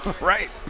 Right